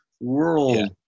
world